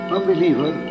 Unbeliever